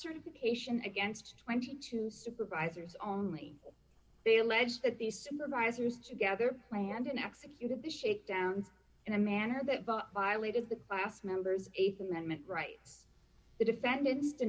certification against twenty two supervisors only they allege that these supervisors together planned and executed the shakedowns in a manner that but violated the class members th amendment rights the defendant